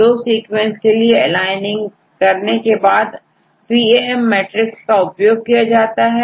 दो सीक्वेंसेस के लिए एलाइनिंग करने के बादPAM मैट्रिक्स का उपयोग होता है